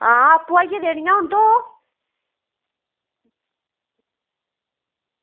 आं आपूं आहनियै देनी ऐ तोह्